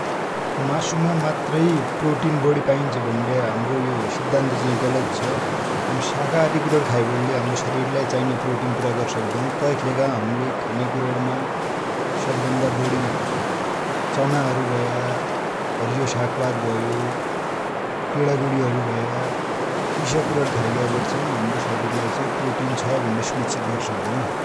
मासु माइ मात्रै प्रोटिन बडी पाइन्छ भन्ड्या हम्रो यो सिद्दान्त चाइ गलत छ । हम साकहारि कुरा खाइबटी ले हमरो सरिर लाइ चाइने प्रोटिन पुरा गर सक्द्औ, तै कि लेखा हम्ले खाने कुरा मा सब भन्दा बडी चना हरु भ​ए, हरियो सागपात भयो, गेडागुडी भया इसा कुरा खाइबटी चाइ हम्रो सरिर लै चाइ प्रोटीन छ भण्दे सुनिस्स्ची गर्सक्दौ ।